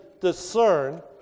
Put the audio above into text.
discern